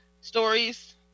stories